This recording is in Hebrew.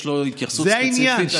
יש לו התייחסות ספציפית?